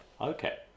Okay